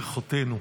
ברכותינו.